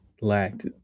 lacked